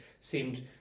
seemed